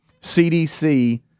CDC